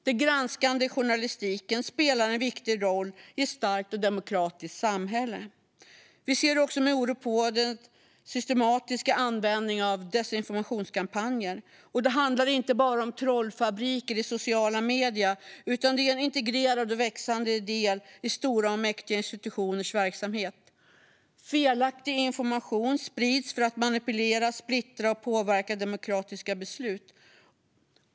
Den granskande journalistiken spelar en viktig roll i ett starkt och demokratiskt samhälle. Vi ser också med oro på den systematiska användningen av desinformationskampanjer. Det handlar inte bara om trollfabriker i sociala medier, utan det är fråga om en integrerad och växande del i stora och mäktiga institutioners verksamhet. Felaktig information sprids för att manipulera, splittra och påverka demokratiska beslut.